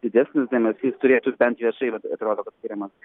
didesnis dėmesys turėtų bent viešai atrodo kad skiriamas